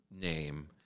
name